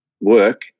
work